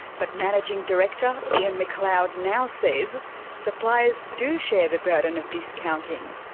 but managing director ian mcleod now says suppliers do share the burden of discounting,